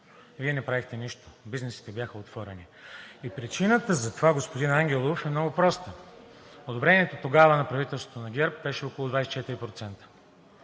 Вие не правехте нищо, бизнесите бяха отворени. И причината затова, господин Ангелов, е много проста: одобрението тогава на правителството на ГЕРБ беше около 24%